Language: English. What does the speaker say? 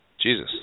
Jesus